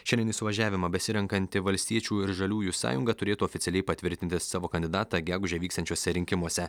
šiandien į suvažiavimą besirenkanti valstiečių ir žaliųjų sąjunga turėtų oficialiai patvirtinti savo kandidatą gegužę vyksiančiuose rinkimuose